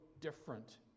different